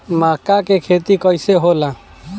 मका के खेती कइसे होला?